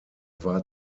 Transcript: war